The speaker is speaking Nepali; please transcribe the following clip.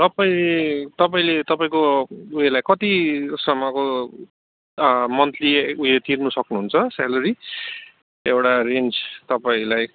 तपाईँ तपाईँले तपाईँको उयोलाई कतिसम्मको मन्थली उयो तिर्नु सक्नुहुन्छ स्यालरी एउटा रेन्ज तपाईँलाई